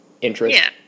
interest